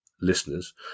listeners